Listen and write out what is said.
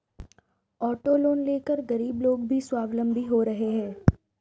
auto loan लेकर गरीब लोग भी स्वावलम्बी हो रहे हैं